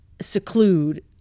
seclude